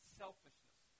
selfishness